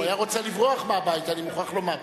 הוא היה רוצה לברוח מהבית, אני מוכרח לומר.